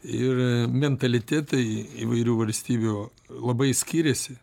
ir mentalitetai įvairių valstybių labai skiriasi